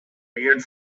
reared